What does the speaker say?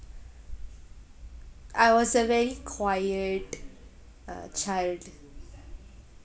I was a very quiet uh child